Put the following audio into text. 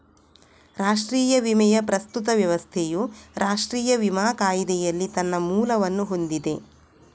ರಾಷ್ಟ್ರೀಯ ವಿಮೆಯ ಪ್ರಸ್ತುತ ವ್ಯವಸ್ಥೆಯು ರಾಷ್ಟ್ರೀಯ ವಿಮಾ ಕಾಯಿದೆಯಲ್ಲಿ ತನ್ನ ಮೂಲವನ್ನು ಹೊಂದಿದೆ